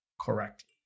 correctly